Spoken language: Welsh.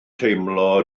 teimlo